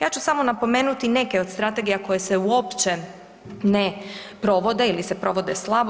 Ja ću samo napomenuti neke od strategija koje se uopće ne provode ili se provode slabo.